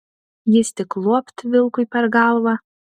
jis tik luopt vilkui per galvą